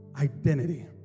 identity